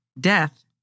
death